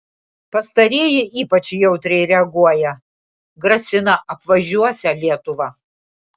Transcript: pastarieji ypač jautriai reaguoja grasina apvažiuosią lietuvą